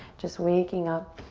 just waking up.